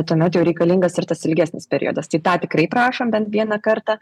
tuomet jau reikalingas ir tas ilgesnis periodas tai tą tikrai prašom bent vieną kartą